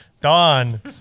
Dawn